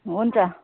हुन्छ